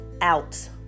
out